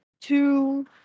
two